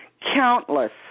countless